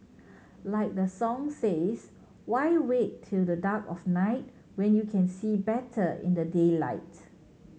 like the song says why wait till the dark of night when you can see better in the daylight